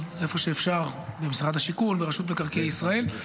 איפה שאפשר ממשרד השיכון ברשות מקרקעי ישראל.